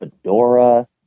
fedora